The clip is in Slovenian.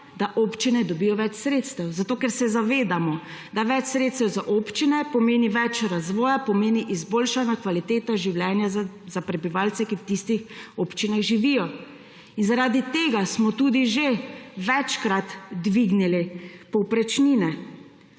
da občine dobijo več sredstev, zato ker se zavedamo, da več sredstev za občine pomeni več razvoja, pomeni izboljšana kvaliteta življenja za prebivalce, ki v tistih občinah živijo, in zaradi tega smo tudi že večkrat dvignili povprečnine.